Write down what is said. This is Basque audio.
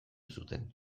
zuten